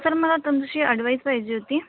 sir मला तुमशी advice पाहिजे होती